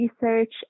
research